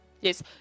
Yes